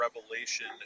revelation